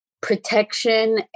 protection